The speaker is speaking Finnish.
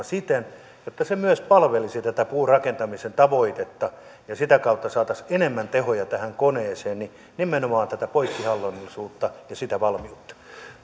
siten että se myös palvelisi tätä puurakentamisen tavoitetta ja sitä kautta saataisiin enemmän tehoja tähän koneeseen nimenomaan tätä poikkihallinnollisuutta ja sitä valmiutta